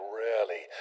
rarely